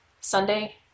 sunday